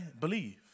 believe